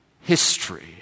history